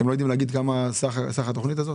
אתם לא יודעים להגיד כמה סך התוכנית הזאת?